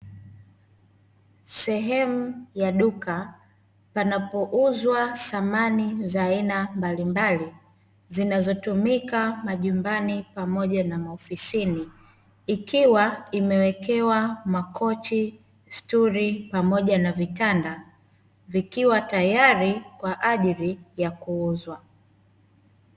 Sehemu ya duka panapouzwa samani za aina mbalimbali, zinazotumika majumbani pamoja na maofisini, ikiwa imewekewa makochi sturi pamoja na vitanda, vikiwa tayari kwa ajili ya kuuzwa